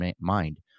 mind